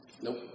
Nope